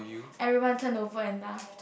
everyone turn over and laughed